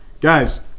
Guys